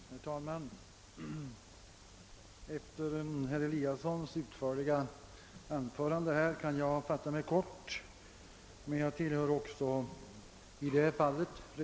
Herr talman! Efter herr Eliassons i Sundborn utförliga anförande kan jag fatta mig kort. Jag tillhör också reservanterna.